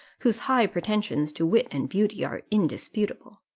whose high pretensions to wit and beauty are indisputable.